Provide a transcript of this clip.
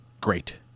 great